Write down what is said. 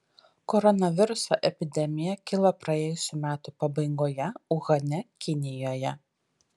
koronaviruso epidemija kilo praėjusių metų pabaigoje uhane kinijoje